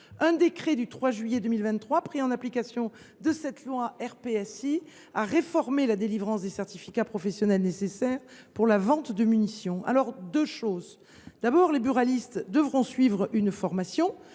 Un décret du 3 juillet 2023, pris en application de cette loi, a réformé la délivrance des certificats professionnels nécessaires pour la vente de munitions. Deux points sont à souligner : d’une part, les buralistes devront suivre une formation